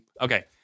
okay